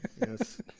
Yes